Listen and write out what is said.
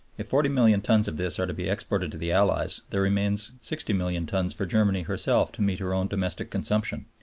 if forty million tons of this are to be exported to the allies, there remain so sixty million tons for germany herself to meet her own domestic consumption.